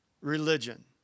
religion